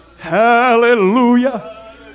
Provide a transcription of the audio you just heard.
Hallelujah